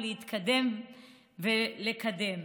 להתקדם ולקדם.